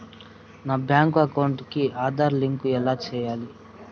నా bank account కి Aadhaar link ఎలా సేయాలి